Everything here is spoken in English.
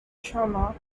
trauma